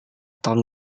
tom